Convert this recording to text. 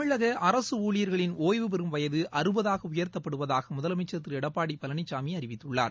தமிழக அரசு ஊழியர்களின் ஓய்வுபெறும் வயது அறுபதாக உயர்த்தப்படுவதாக முதலமைச்சர் திரு எடப்படி பழனிசாமி அறிவித்துள்ளார்